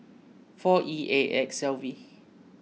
four E A X L V